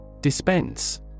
Dispense